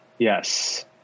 Yes